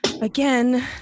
again